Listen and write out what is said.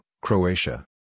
Croatia